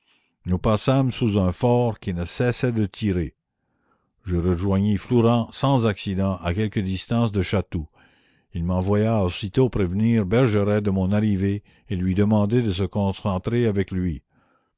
nous passâmes sous un fort qui ne cessait de tirer la commune je rejoignis flourens sans accident à quelque distance de chatou il m'envoya aussitôt prévenir bergeret de mon arrivée et lui demander de se concentrer avec lui